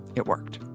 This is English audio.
it worked